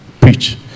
preach